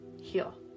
heal